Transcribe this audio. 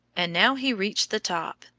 and now he reached the top,